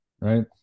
right